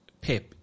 Pep